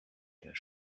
der